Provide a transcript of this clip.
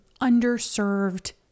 underserved